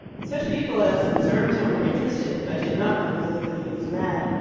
such people as observed him were interested, but did not conclude that he was mad.